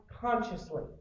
consciously